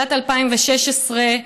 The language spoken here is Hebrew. בתחילת 2016,